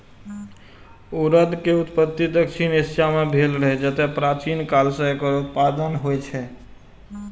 उड़द के उत्पत्ति दक्षिण एशिया मे भेल रहै, जतय प्राचीन काल सं एकर उत्पादन होइ छै